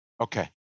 Okay